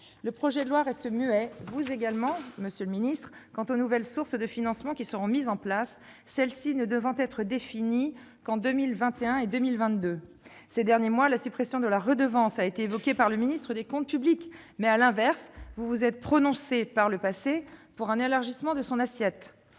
Le projet de loi reste muet, et vous également, monsieur le ministre, quant aux nouvelles sources de financement qui seront mises en place, celles-ci ne devant être définies qu'en 2021 et 2022. Ces derniers mois, la suppression de la redevance a été évoquée par le ministre des comptes publics, mais, à l'inverse, vous vous êtes prononcé par le passé pour un élargissement de son assiette.